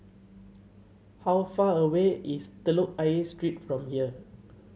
how far away is Telok Ayer Street from here